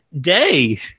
day